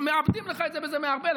מעבדים לך את זה באיזה מערבל,